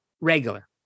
regular